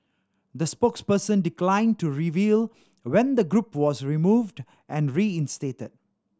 the spokesperson declined to reveal when the group was removed and reinstated